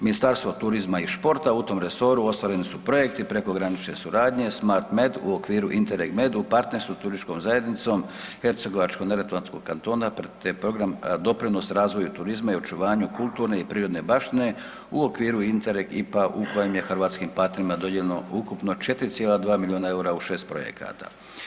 Ministarstvo turizma i športa u tom resoru ostvareni su projekti prekogranične suradnje Smartmed u okviru Interreg MED u partnerstvu s Turističkom zajednicom Hercegovačko-neretvanskog kantona, te program doprinos razvoju turizma i očuvanju kulturne i prirodne baštine u okviru Interreg IPA u kojem je hrvatskim partnerima dodijeljeno ukupno 4,2 milijuna EUR-a u 6 projekata.